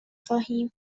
خواهیم